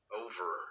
over